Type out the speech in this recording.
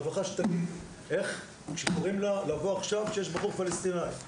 אלא שהרווחה תגיד איך כשקוראים לה לבוא עכשיו כשיש בחור פלסטינאי.